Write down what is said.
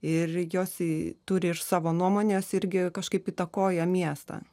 ir jos į turi ir savo nuomones irgi kažkaip įtakoja miestą